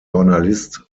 journalist